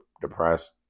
depressed